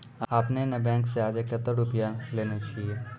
आपने ने बैंक से आजे कतो रुपिया लेने छियि?